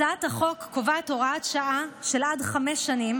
הצעת החוק קובעת הוראת שעה של עד חמש שנים